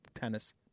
tennis